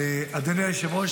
אדוני היושב-ראש,